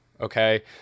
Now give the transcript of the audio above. okay